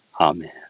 Amen